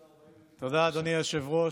תודה, אדוני היושב-ראש.